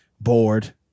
bored